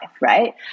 Right